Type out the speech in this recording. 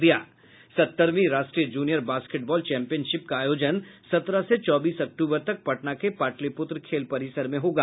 सत्तरवीं राष्ट्रीय junior basketball championship का आयोजन सत्रह से चौबीस अक्टूबर तक पटना के पाटलिपुत्र खेल परिसर में होगा